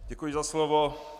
Děkuji za slovo.